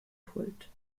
pult